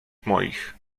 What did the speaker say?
moich